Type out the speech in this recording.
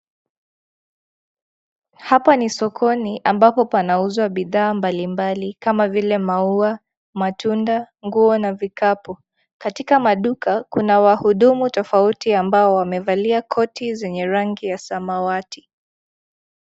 Hapa ni sokoni ambapo panauzwa bidhaa bali mbali. Kama vile maua, matunda, nguo na vikapu. Katika maduka kuna wahudumu tofauti ambao wamevalia koti zenye rangi ya samawati.